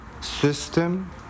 system